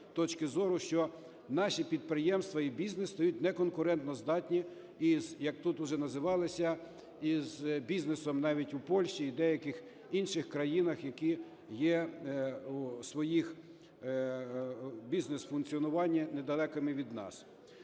що наші підприємства і бізнес стають неконкурентоздатні із, як тут вже називалося, із бізнесом навіть у Польщі і деяких інших країнах, які є у своєму бізнес-функціонуванню недалекими від нас.